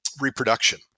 reproduction